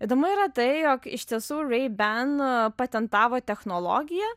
įdomu yra tai jog iš tiesų ray ban patentavo technologiją